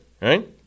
right